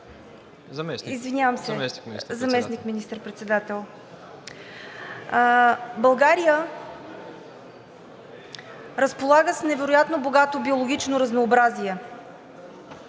Извинявам се, Заместник министър-председател. България разполага с невероятно богато биологично разнообразие.